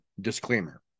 disclaimer